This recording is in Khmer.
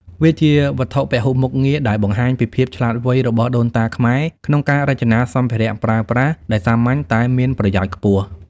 វាជា វត្ថុពហុមុខងារ ដែលបង្ហាញពីភាពឆ្លាតវៃរបស់ដូនតាខ្មែរក្នុងការរចនាសម្ភារៈប្រើប្រាស់ដែលសាមញ្ញតែមានប្រយោជន៍ខ្ពស់។